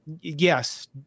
yes